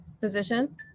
position